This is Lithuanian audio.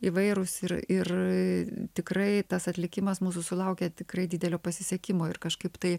įvairūs ir ir tikrai tas atlikimas mūsų sulaukė tikrai didelio pasisekimo ir kažkaip tai